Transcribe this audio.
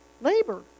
labor